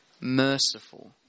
merciful